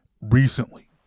recently